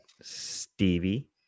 Stevie